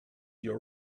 your